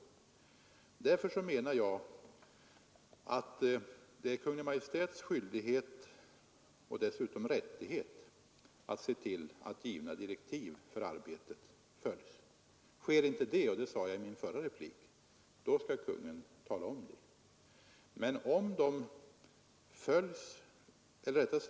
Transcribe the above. Därför menar jag att det är Kungl. Maj:ts skyldighet och dessutom rättighet att se till att givna direktiv för arbetet följs. Sker inte det — det sade jag i min förra replik — skall Kung. Maj:t tala om det.